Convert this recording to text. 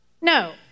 No